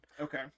okay